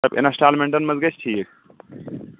دَپ اِنَسٹالمٮ۪نٛٹَن منٛز گژھِ ٹھیٖک